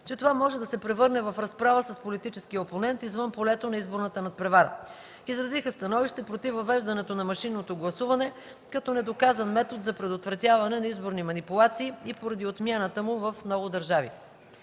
че това може да се превърне в разправа с политическия опонент извън полето на изборната надпревара, изразиха становище против въвеждането на машинното гласуване, като недоказан метод за предотвратяване на изборни манипулации и поради отмяната му в много държави.